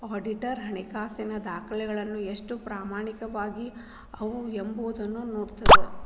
auditor ಹಣಕಾಸಿನ ದಾಖಲೆಗಳು ಎಷ್ಟು ಪ್ರಾಮಾಣಿಕವಾಗಿ ಅವ ಎಂಬೊದನ್ನ ನೋಡ್ತದ